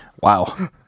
Wow